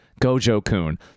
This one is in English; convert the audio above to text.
Gojo-kun